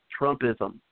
Trumpism